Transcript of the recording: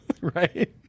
right